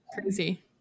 crazy